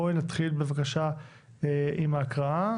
בואי נתחיל בבקשה עם ההקראה